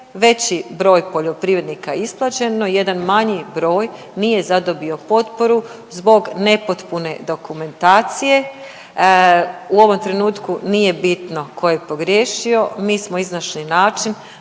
veći broj poljoprivrednika isplaćen, no jedan manji broj nije zadobio potporu zbog nepotpune dokumentacije. U ovom trenutku nije bitno tko je pogriješio, mi smo iznašli način